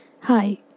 Hi